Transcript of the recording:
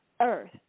earth